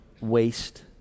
waste